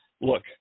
look